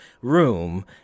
room